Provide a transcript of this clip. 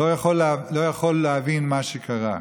לא יכול להבין את מה שקרה.